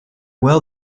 well